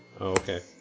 Okay